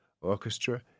orchestra